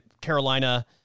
Carolina